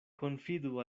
konfidu